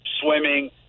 swimming